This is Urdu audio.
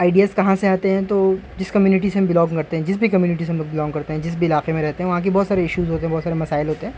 آئیڈیاز کہاں سے آتے ہیں تو جس کمیونٹی ہم بلانگ کرتے ہیں جس بھی کمیونٹی ہم لوگ بلانگ کرتے ہیں جس بھی علاقے میں رہتے ہیں وہاں کی بہت سارے ایشوز ہوتے ہیں بہت سارے مسائل ہوتے ہیں